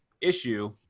issue